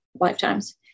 lifetimes